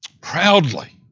proudly